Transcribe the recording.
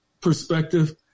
perspective